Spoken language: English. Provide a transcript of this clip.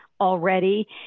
already